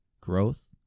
growth